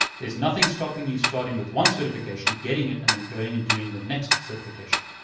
there's nothing stopping you starting with one certification, getting it, and then going and doing the next certification.